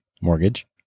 mortgage